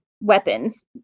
weapons